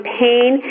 pain